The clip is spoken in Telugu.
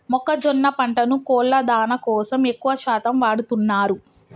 మొక్కజొన్న పంటను కోళ్ళ దానా కోసం ఎక్కువ శాతం వాడుతున్నారు